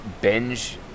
binge